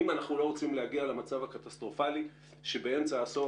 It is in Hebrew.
אם אנחנו לא רוצים להגיע למצב הקטסטרופלי שבאמצע העשור